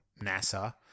NASA